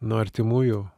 nuo artimųjų